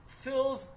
fills